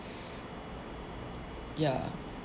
ya